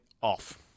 off